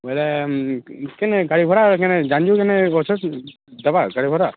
ବଇଲେ କେନେ ଗାଡ଼ି ଭଡ଼ା କେନେ ଜାନିଛୁ କି ନାଇଁ ଦେବା ଗାଡ଼ି ଭଡ଼ା